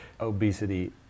obesity